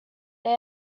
they